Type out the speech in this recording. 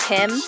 Tim